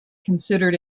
considered